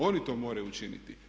Oni to moraju učiniti.